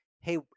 Hey